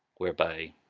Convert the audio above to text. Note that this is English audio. whereby